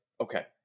okay